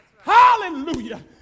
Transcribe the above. Hallelujah